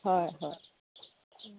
হয় হয়